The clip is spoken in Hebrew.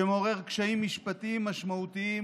שמעורר קשיים משפטיים משמעותיים